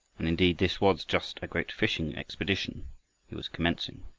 and indeed this was just a great fishing expedition he was commencing.